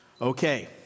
okay